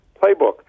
playbook